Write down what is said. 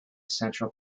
central